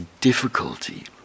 difficulty